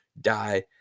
die